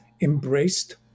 embraced